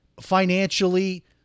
financially